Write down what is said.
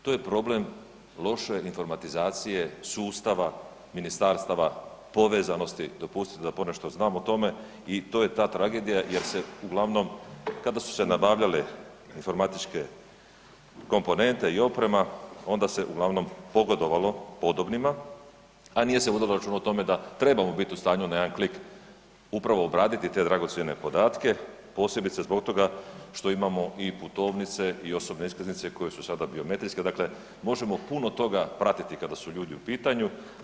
To je problem loše informatizacije sustava ministarstava povezanosti, dopustite da ponešto znam o tome, i to je ta tragedija jer se uglavnom kada su se nabavljale informatičke komponente i oprema onda se uglavnom pogodovalo podobnima, a nije se vodilo računa o tome da trebamo bit u stanju na jedan klik upravo obraditi te dragocjene podatke, posebice zbog toga što imamo i putovnice i osobne iskaznice koje su sada biometrijske, dakle možemo puno toga pratiti kada su ljudi u pitanju.